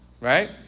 right